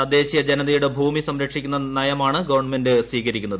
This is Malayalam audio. തദ്ദേശീയ ജനതയുടെ ഭൂമി സംരക്ഷിക്കുന്ന നയമാണ് ഗവൺമെന്റ് സ്വീകരിക്കുന്നത്